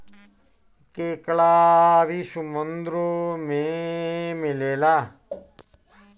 केकड़ा भी समुन्द्र में मिलेला